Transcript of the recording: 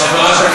אין